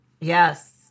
Yes